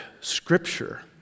Scripture